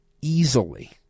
easily